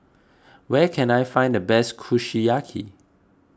where can I find the best Kushiyaki